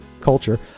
culture